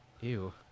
Ew